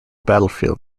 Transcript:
battlefield